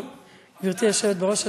גברתי היושבת בראש,